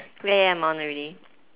ya ya I'm on already